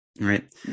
Right